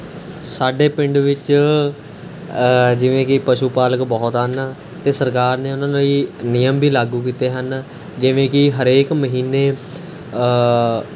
ਸਾਡੇ ਪਿੰਡ ਵਿੱਚ ਜਿਵੇਂ ਕਿ ਪਸ਼ੂ ਪਾਲਕ ਬਹੁਤ ਹਨ ਅਤੇ ਸਰਕਾਰ ਨੇ ਉਹਨਾਂ ਲਈ ਨਿਯਮ ਵੀ ਲਾਗੂ ਕੀਤੇ ਹਨ ਜਿਵੇਂ ਕਿ ਹਰੇਕ ਮਹੀਨੇ